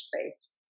space